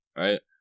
right